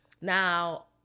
Now